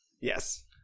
Yes